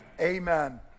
Amen